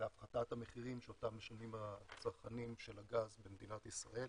להפחתת המחירים שאותם משלמים הצרכנים של הגז במדינת ישראל.